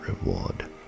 reward